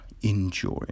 Enjoy